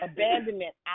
Abandonment